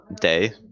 day